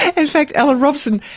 in fact, alan robson,